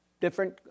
different